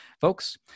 folks